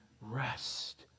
rest